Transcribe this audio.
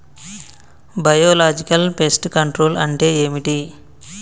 Biological pest control అంటే ఏమిటి?